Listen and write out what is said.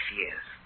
years